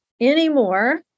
anymore